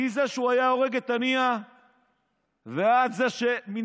מזה שהוא היה הורג את הנייה ועד זה שמנאמנות,